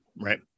right